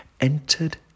entered